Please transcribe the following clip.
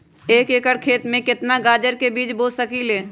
एक एकर खेत में केतना गाजर के बीज बो सकीं ले?